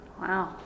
Wow